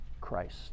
Christ